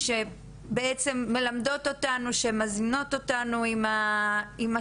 שבעצם מלמדות אותנו ושמזינות אותנו בכל מה